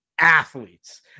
athletes